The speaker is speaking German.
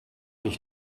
ich